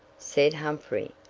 said humphrey,